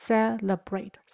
Celebrate